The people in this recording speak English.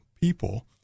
people